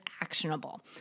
actionable